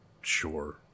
sure